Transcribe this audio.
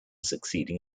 succeeding